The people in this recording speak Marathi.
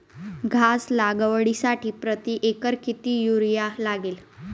घास लागवडीसाठी प्रति एकर किती युरिया लागेल?